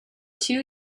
two